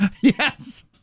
Yes